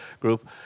group